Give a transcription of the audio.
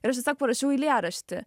ir aš tiesiog parašiau eilėraštį